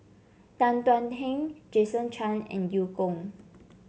Tan Thuan Heng Jason Chan and Eu Kong